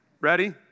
Ready